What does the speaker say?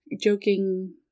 joking